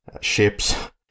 ships